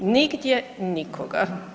Nigdje nikoga.